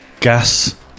gas